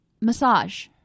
massage